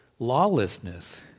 lawlessness